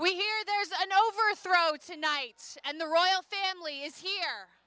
overthrow tonight and the royal family is here